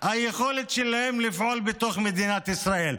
היכולת שלהם לפעול בתוך מדינת ישראל.